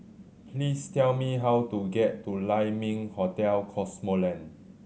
please tell me how to get to Lai Ming Hotel Cosmoland